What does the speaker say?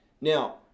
Now